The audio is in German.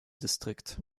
distrikt